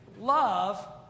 love